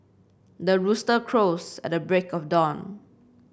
the rooster crows at the break of dawn